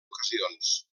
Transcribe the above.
ocasions